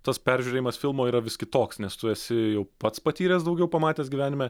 tas peržiūrėjimas filmo yra vis kitoks nes tu esi jau pats patyręs daugiau pamatęs gyvenime